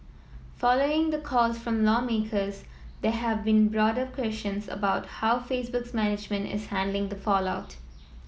following the calls from lawmakers there have been broader questions about how Facebook's management is handling the fallout